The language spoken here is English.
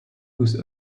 whose